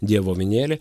dievo avinėli